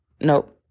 Nope